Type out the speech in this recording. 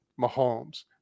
Mahomes